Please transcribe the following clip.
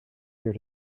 here